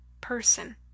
person